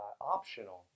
optional